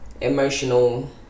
emotional